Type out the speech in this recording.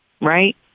Right